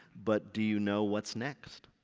but do you know what's next?